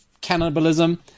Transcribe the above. cannibalism